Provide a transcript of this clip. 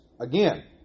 again